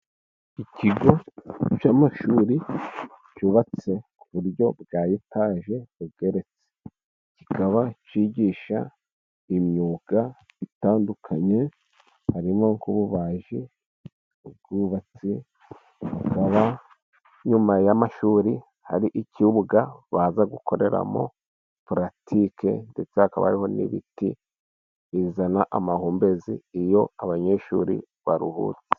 Ikigo cy'amashuri cyubatswe ku buryo bwa etaje bigeretse. Kikaba cyigisha imyuga itandukanye. Harimo nk'ububaji, ubwubatsi. Hakaba inyuma y'amashuri hari ikibuga baza gukoreramo puratike, ndetse hakaba hari n'ibiti bizana amahumbezi, iyo abanyeshuri baruhutse.